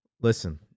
Listen